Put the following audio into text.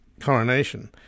coronation